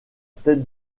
tête